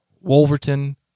Wolverton